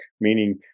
meaning